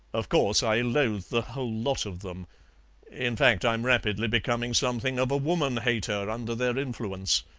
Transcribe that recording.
of course, i loathe the whole lot of them in fact, i'm rapidly becoming something of a woman-hater under their influence,